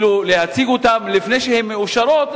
להציג אותן לפני שהן מאושרות,